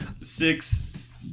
Six